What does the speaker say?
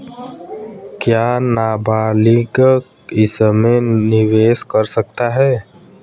क्या नाबालिग इसमें निवेश कर सकता है?